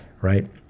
right